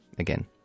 again